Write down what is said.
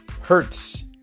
Hertz